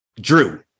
Drew